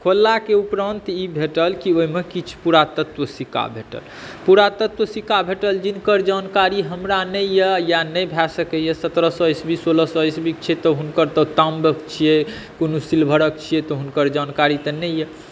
खोललाके उपरांत ई भेटल की ओहिमे किछु पुरातत्व सिक्का भेटल पुरातत्व सिक्का भेटल जिनकर जानकारी हमरा नहि यऽ या नहि भए सकैया सत्रह सए ईसवी सोलह सए ईसवीक छियै तऽ ताम्रक छियै कोनो सिल्वरक छियै तऽ हुनकर जानकारी तऽ नहि यऽ